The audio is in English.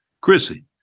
Chrissy